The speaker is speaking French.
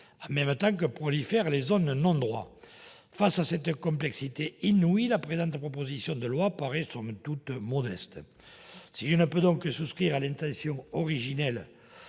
en même temps que prolifèrent des zones de non-droit. Face à cette complexité inouïe, la présente proposition de loi paraît somme toute modeste. Si je ne peux que souscrire à l'intention originelle